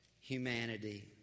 humanity